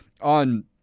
on